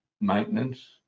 maintenance